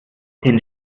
den